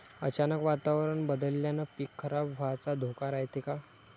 अचानक वातावरण बदलल्यानं पीक खराब व्हाचा धोका रायते का?